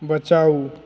बचाउ